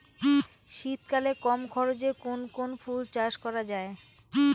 শীতকালে কম খরচে কোন কোন ফুল চাষ করা য়ায়?